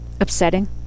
Upsetting